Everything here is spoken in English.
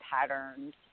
patterns